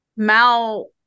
mal